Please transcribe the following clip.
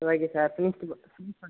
okay sir